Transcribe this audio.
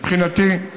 מבחינתי,